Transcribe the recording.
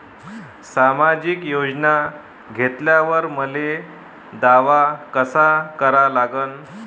सामाजिक योजना घेतल्यावर मले दावा कसा करा लागन?